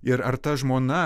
ir ar ta žmona